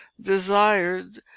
desired